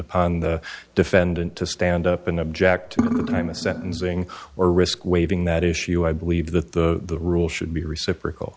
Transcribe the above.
upon the defendant to stand up and object to the time of sentencing or risk waiving that issue i believe that the rule should be reciprocal